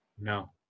No